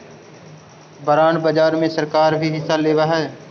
bond बाजार में सरकार भी हिस्सा लेवऽ हई